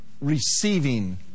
receiving